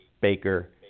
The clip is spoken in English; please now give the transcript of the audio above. Baker